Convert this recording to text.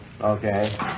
Okay